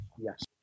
yes